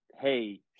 hey